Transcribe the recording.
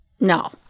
No